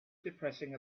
depressing